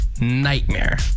nightmare